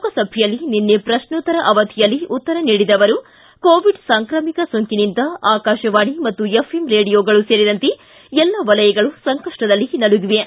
ಲೋಕಸಭೆಯಲ್ಲಿ ನಿನ್ನೆ ಪ್ರಶ್ನೋತ್ತರ ಅವಧಿಯಲ್ಲಿ ಉತ್ತರ ನೀಡಿದ ಅವರು ಕೋವಿಡ್ ಸಾಂಕ್ರಾಮಿಕ ಸೋಂಕಿನಿಂದ ಆಕಾಶವಾಣಿ ಮತ್ತು ಎಫ್ಎಂ ರೇಡಿಯೋಗಳು ಸೇರಿದಂತೆ ಎಲ್ಲ ವಲಯಗಳು ಸಂಕಷ್ಟದಲ್ಲಿ ನಲುಗಿವೆ